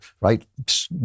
right